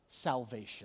salvation